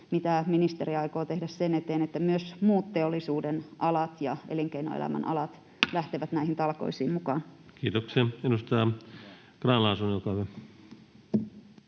mitä ministeri aikoo tehdä sen eteen, että myös muut teollisuuden alat ja elinkeinoelämän alat lähtevät näihin talkoisiin mukaan? [Speech 77] Speaker: Ensimmäinen